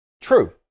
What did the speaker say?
True